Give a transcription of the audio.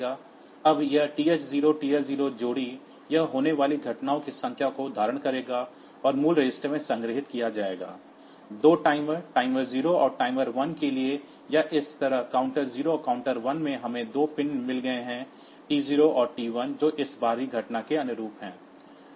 अब यह TH0 TL0 जोड़ी यह होने वाली घटनाओं की संख्या को धारण करेगा और मूल्य रजिस्टर में संग्रहीत किया जाएगा 2 टाइमर टाइमर 0 और टाइमर 1 के लिए या इस तरह काउंटर 0 और काउंटर 1 में हमें 2 पिन मिल गए हैं T0 और T1 जो इस बाहरी घटनाओं के अनुरूप हैं